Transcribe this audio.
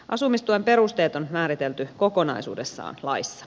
asumistuen perusteet on määritelty kokonaisuudessaan laissa